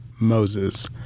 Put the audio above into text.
moses